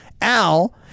Al